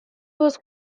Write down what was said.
was